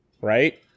Right